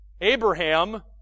Abraham